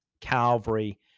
calvary